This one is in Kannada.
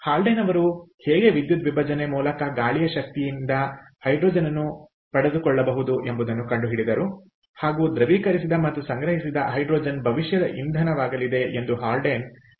ಹಾಲ್ಡೇನ್ ಅವರು ಹೇಗೆ ವಿದ್ಯುದ್ವಿಭಜನೆಯ ಮೂಲಕ ಗಾಳಿಯ ಶಕ್ತಿಯಿಂದ ಹೈಡ್ರೋಜನ್ ಅನ್ನು ಹೇಗೆ ಪಡೆದುಕೊಳ್ಳಬಹುದು ಎಂಬುದನ್ನು ಕಂಡುಹಿಡಿದರು ಹಾಗೂ ದ್ರವೀಕರಿಸಿದ ಮತ್ತು ಸಂಗ್ರಹಿಸಿದ ಹೈಡ್ರೋಜನ್ ಭವಿಷ್ಯದ ಇಂಧನವಾಗಲಿದೆ ಎಂದು ಹಾಲ್ಡೇನ್ ಭವಿಷ್ಯ ನುಡಿದಿದ್ದರು